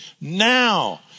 Now